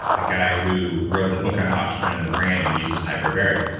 the guy who wrote the book on oxygen in the brain and uses hyperbaric.